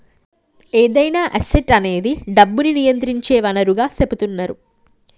ఏదైనా అసెట్ అనేది డబ్బును నియంత్రించే వనరుగా సెపుతున్నరు